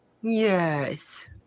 Yes